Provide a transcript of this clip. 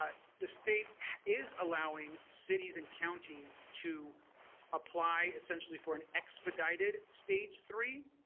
but the state is allowing cities and counties to apply essentially for an expedited stage three